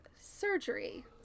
surgery